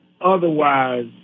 Otherwise